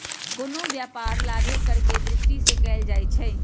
कोनो व्यापार लाभे करेके दृष्टि से कएल जाइ छइ